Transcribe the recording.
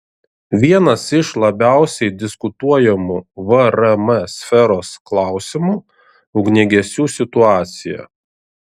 vienas iš labiausiai diskutuojamų vrm sferos klausimų ugniagesių situacija